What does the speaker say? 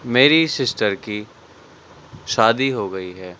میری سسٹر کی شادی ہو گئی ہے